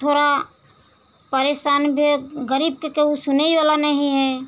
थोड़ा परेशान वह गरीब का कोई सुनने वाला नहीं है